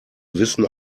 wissen